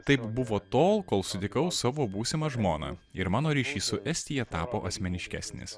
taip buvo tol kol sutikau savo būsimą žmoną ir mano ryšys su estija tapo asmeniškesnis